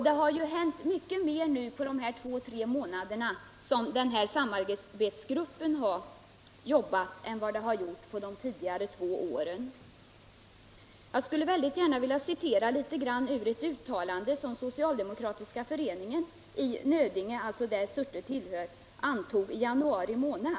Det har skett mycket mer under de två tre månader som samarbetsgruppen varit verksam än under de närmast föregående två åren.